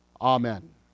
Amen